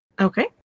Okay